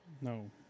No